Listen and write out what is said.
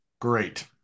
Great